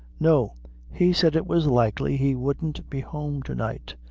no he said it was likely he wouldn't be home to-night.